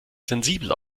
sensibel